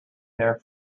there